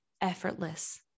effortless